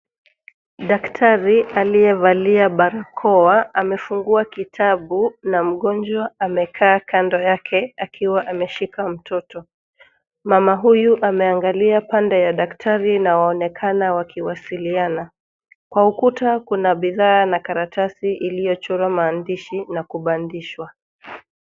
Daktari aliyevalia barakoa amefungua kitabu na mgonjwa amekaa kando yake akiwa ameshika mtoto. Mama huyu ameangalia pande ya daktari na waonekana wakiwasiliana. Kwa ukuta kuna bidhaa na karatasi iliyochora maandishi na kubandishwa.